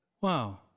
wow